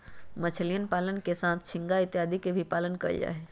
मछलीयन पालन के साथ झींगा इत्यादि के भी पालन कइल जाहई